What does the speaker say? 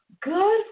good